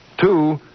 Two